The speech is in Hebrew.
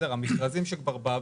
המכרזים שכבר באוויר,